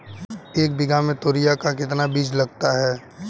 एक बीघा में तोरियां का कितना बीज लगता है?